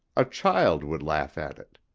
a child would laugh at it.